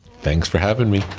thanks for having me.